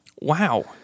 Wow